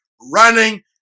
running